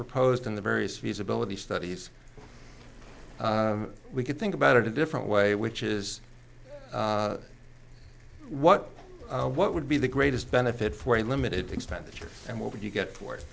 proposed in the various feasibility studies we could think about a different way which is what what would be the greatest benefit for a limited expenditure and what would you get for it